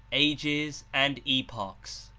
ages and epochs.